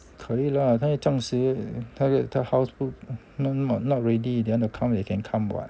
可以啦他又这样迟他的 house not not ready they want to come they can come [what]